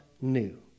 new